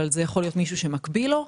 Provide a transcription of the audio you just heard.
אבל זה יכול להיות מישהו שמקביל לו.